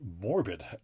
Morbid